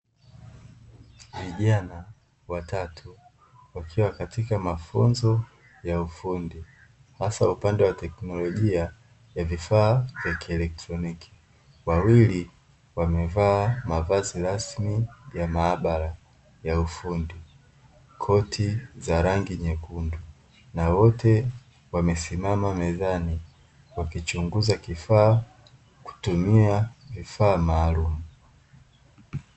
Vijana watatu wakiwa katika mafunzo ya ufundi, hasa upande wa tekinolojia ya vifaa vya kieletroniki, wawili wamevaa mavazi rasmi ya mahabara ya ufundi koti za rangi nyekundu, na wote wamesimama mezani kukichunguza kifaa kutumia vifaa maalumu.